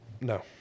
No